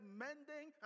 mending